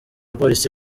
polisi